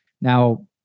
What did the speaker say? Now